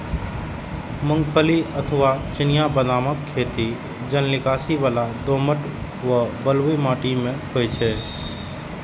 मूंगफली अथवा चिनिया बदामक खेती जलनिकासी बला दोमट व बलुई माटि मे होइ छै